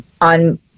on